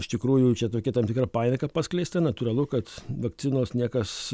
iš tikrųjų čia tokia tam tikra panika paskleista natūralu kad vakcinos niekas